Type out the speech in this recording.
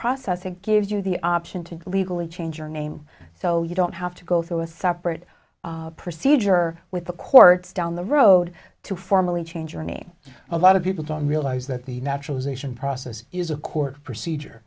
processing gives you the option to legally change your name so you don't have to go through a separate procedure with the courts down the road to formally change your name a lot of people don't realize that the naturalization process is a court procedure